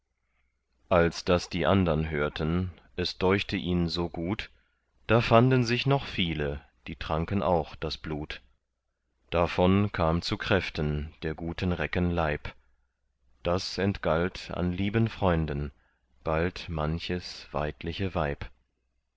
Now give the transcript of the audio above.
als das die andern hörten es deuchte ihn so gut da fanden sich noch viele die tranken auch das blut davon kam zu kräften der guten recken leib das entgalt an lieben freunden bald manches weidliche weib